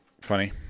funny